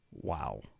Wow